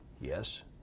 Yes